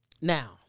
Now